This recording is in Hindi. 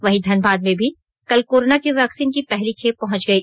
वहीं धनबाद में भी कल कोरोना की वैक्सीन की पहली खेप पहुंच गयी